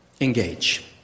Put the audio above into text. engage